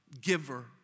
giver